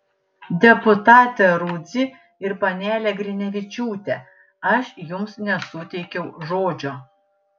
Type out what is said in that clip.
deputate rudzy ir panele grinevičiūte aš jums nesuteikiau žodžio